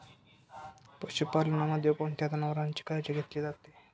पशुपालनामध्ये कोणत्या जनावरांची काळजी घेतली जाते?